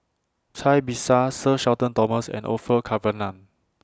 Cai Bixia Sir Shenton Thomas and Orfeur Cavenagh